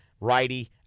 Righty